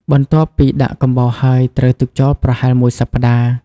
បន្ទាប់ពីដាក់កំបោរហើយ ត្រូវទុកចោលប្រហែលមួយសប្តាហ៍។